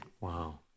Wow